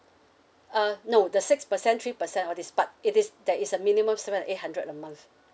uh no the six percent three percent all this part it is there is a minimum seven and eight hundred a month